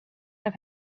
have